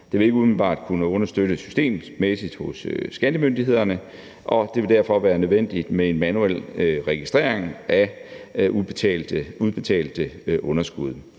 Det vil ikke umiddelbart kunne understøttes systemmæssigt hos skattemyndighederne, og det vil derfor være nødvendigt med en manuel registrering af udbetalte underskud.